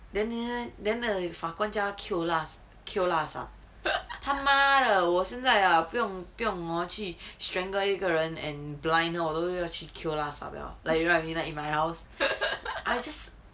then there the 法官叫他 kio lasap kio lasap 他妈的我现在啊不用不用 hor 去 strangled 一个人 and blind then 都要去 kio lasap 了 I mean I in my house I just